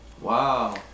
Wow